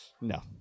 No